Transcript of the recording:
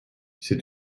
c’est